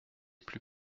plus